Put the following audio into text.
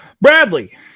Bradley